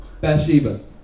Bathsheba